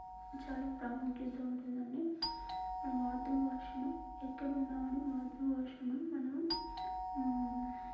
చాలా ప్రాముఖ్యత ఉంటుందండి మన మాతృ భాషను ఎక్కడున్నా కానీ మాతృ భాషను మనము